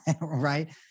right